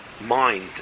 mind